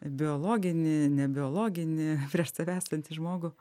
biologinį nebiologinį prieš save esantį žmogų